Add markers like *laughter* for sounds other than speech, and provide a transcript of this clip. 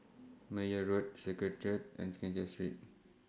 Meyer Road Secretariat and Keng Cheow Street *noise*